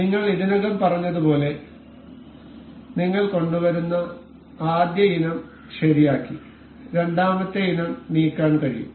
നിങ്ങൾ ഇതിനകം പറഞ്ഞതുപോലെ നിങ്ങൾ കൊണ്ടുവരുന്ന ആദ്യ ഇനം ശരിയാക്കി രണ്ടാമത്തെ ഇനം നീക്കാൻ കഴിയും